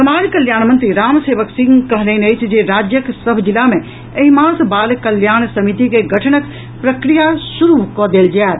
समाज कल्याण मंत्री रामसेवक सिंह कहलनि अछि जे राज्यक सभ जिला मे एहि मास बाल कल्याण समिति के गठनक प्रक्रिया शुरू कऽ देल जायत